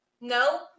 no